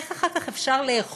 איך אחר כך אפשר לאכול?